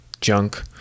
junk